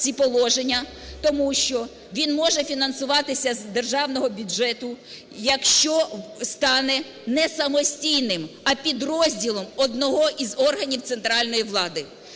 ці положення, тому що він може фінансуватися з державного бюджету, якщо стане не самостійним, а підрозділом одного із органів центральної влади.